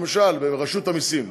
למשל ברשות המסים.